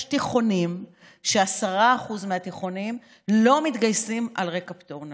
תיכונים שבהם 10% מהתיכוניסטים לא מתגייסים על רקע פטור נפשי.